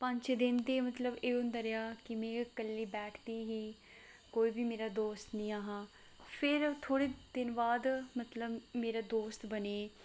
पंज छे दिन ते एह् होंदा रेहा कि में कल्ली बैठदी ही कोई बी मेरा दोस्त नी ऐ हा फिर थोह्ड़े दिन बाद मतलब मेरे दोस्त बनी गे